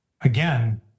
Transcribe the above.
again